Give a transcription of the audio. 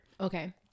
Okay